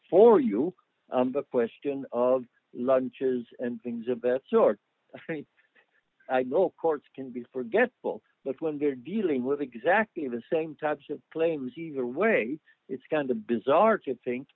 for you the question of lunches and things of that sort courts can be forgetful but when they're dealing with exactly the same types of claims either way it's kind of bizarre to think